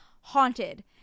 haunted